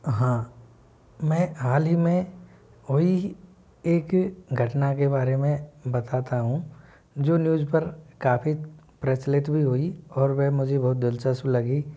हाँ मैं हाल ही में हुई एक घटना के बारे में बताता हूँ जो न्यूज़ पर काफ़ी प्रचलित भी हुई और वह मुझे बहुत दिलचस्प लगी